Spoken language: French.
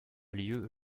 lieu